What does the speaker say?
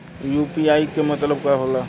UPI के मतलब का होला?